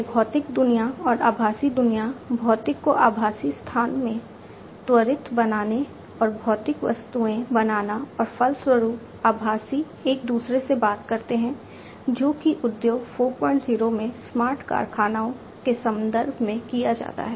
यह भौतिक दुनिया और आभासी दुनिया भौतिक को आभासी स्थान में त्वरित बनाना और भौतिक वस्तुएं बनाना और फलस्वरूप आभासी एक दूसरे से बात करते हैं जो कि उद्योग 40 में स्मार्ट कारखानों के संदर्भ में किया जाता है